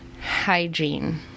hygiene